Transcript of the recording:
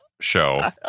show